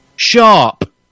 Sharp